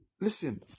listen